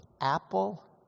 apple